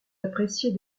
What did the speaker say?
appréciée